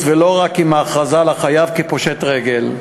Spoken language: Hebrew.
ולא רק עם ההכרזה על החייב כפושט רגל,